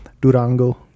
Durango